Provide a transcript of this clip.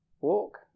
walk